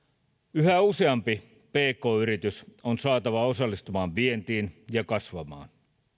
yhä useampi pk yritys on saatava osallistumaan vientiin ja kasvamaan